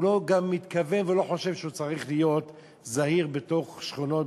הוא גם לא מתכוון ולא חושב שהוא צריך להיות זהיר בתוך שכונות,